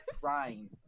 crying